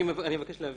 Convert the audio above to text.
אני מבקש להבהיר